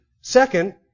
Second